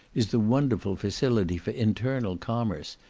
is the wonderful facility for internal commerce,